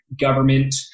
government